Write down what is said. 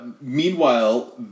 Meanwhile